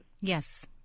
Yes